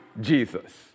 Jesus